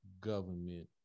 government